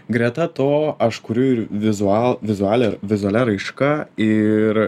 greta to aš kuriu ir vizual vizualią vizualia raiška ir